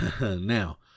now